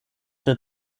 der